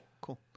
cool